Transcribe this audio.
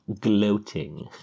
gloating